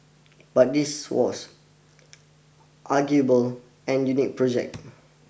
but this was arguable an unique project